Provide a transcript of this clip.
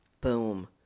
boom